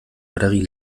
batterie